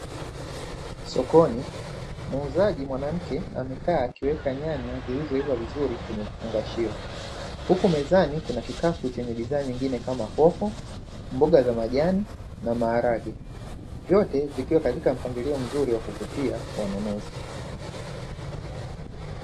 Sokoni muuzaji mwanamke amekaa akiweka nyanya zilizoiva vizuri kwenye vifungashio, huku mezani kuna kikapu chenye bidhaa nyingine ama hoho, mboga za majani na maharage. Vyote vikiwa katika mpangilio mzuri wa kuvutia kwa wanunuzi.